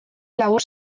labur